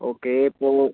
okay ഇപ്പോൾ